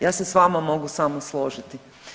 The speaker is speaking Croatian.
Ja se sa vama mogu samo složiti.